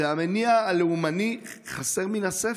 והמניע הלאומני חסר מן הספר.